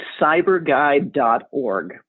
cyberguide.org